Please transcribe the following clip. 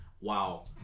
wow